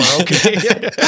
Okay